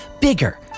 Bigger